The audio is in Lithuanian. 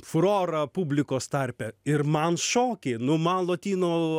furorą publikos tarpe ir man šokiai nu man lotynų